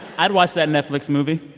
i'd watch that netflix movie.